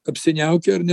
apsiniaukę ar ne